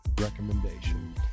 recommendation